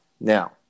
Now